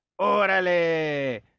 orale